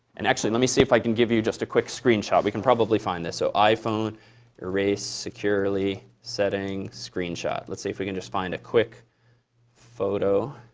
and actually, let me see if i can give you just a quick screenshot. we can probably find this. so, iphone erase securely setting screenshot. let's see if we can just find a quick photo.